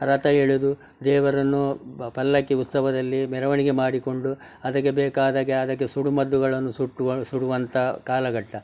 ರಥ ಎಳೆದು ದೇವರನ್ನು ಪಲ್ಲಕ್ಕಿ ಉತ್ಸವದಲ್ಲಿ ಮೆರವಣಿಗೆ ಮಾಡಿಕೊಂಡು ಅದಕ್ಕೆ ಬೇಕಾದಾಗೆ ಅದಕ್ಕೆ ಸುಡುಮದ್ದುಗಳನ್ನು ಸುಟ್ಟು ಸುಡುವಂತಹ ಕಾಲಘಟ್ಟ